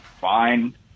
fine